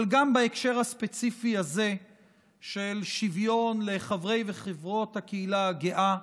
אבל גם בהקשר הספציפי הזה של שוויון לחברי וחברות הקהילה הגאה.